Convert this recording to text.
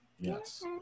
Yes